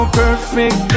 perfect